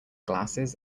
glasses